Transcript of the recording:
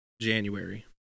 January